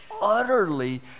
utterly